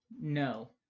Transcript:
No